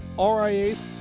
RIAs